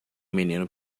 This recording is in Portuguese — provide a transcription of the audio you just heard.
menino